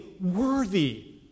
worthy